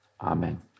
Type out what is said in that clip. Amen